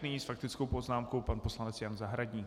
Nyní s faktickou poznámkou pan poslanec Jan Zahradník.